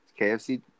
KFC